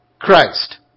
Christ